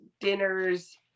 dinners